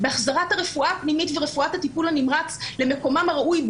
בהחזרת הרפואה הפנימית ורפואת הטיפול הנמרץ למקומם הראוי,